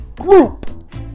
group